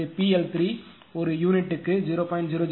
எனவே PL3 ஒரு யூனிட்டுக்கு 0